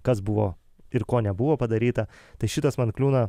kas buvo ir ko nebuvo padaryta tai šitas man kliūna